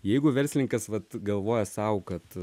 jeigu verslininkas vat galvoja sau kad